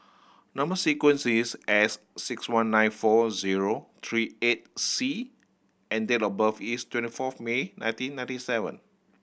number sequence is S six one nine four zero three eight C and date of birth is twenty fourth May nineteen ninety seven